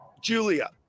Julia